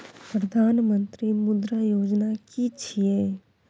प्रधानमंत्री मुद्रा योजना कि छिए?